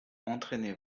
entraîner